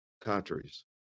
countries